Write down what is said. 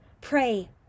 Pray